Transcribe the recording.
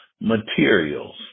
materials